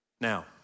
Now